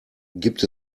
gibt